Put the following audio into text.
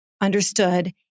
understood